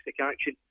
action